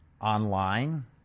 online